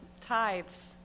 tithes